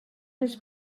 his